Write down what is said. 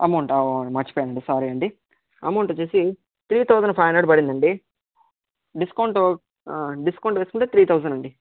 అమౌంటా ఓ మర్చిపోయానండి సారీ అండి అమౌంట్ వచ్చి త్రీ థౌజండ్ ఫైవ్ హండ్రెడ్ పడిందండి డిస్కౌంటు డిస్కౌంటు వేసుకుంటే త్రీ థౌజండ్ అండి